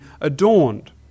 adorned